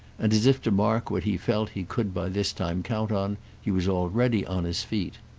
and as if to mark what he felt he could by this time count on he was already on his feet.